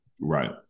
Right